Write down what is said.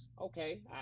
Okay